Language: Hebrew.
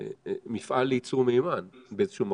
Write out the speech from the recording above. מפעל לייצור מימן באיזה שהוא מקום.